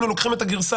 המספק.